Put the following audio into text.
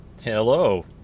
Hello